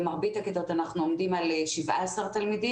במרבית הכיתות אנחנו עומדים על 17 תלמידים.